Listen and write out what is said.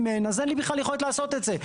אם אין, אז אין לי בכלל יכולת לעשות את זה.